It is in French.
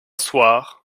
soir